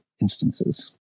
instances